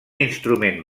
instrument